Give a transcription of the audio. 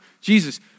Jesus